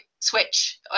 switch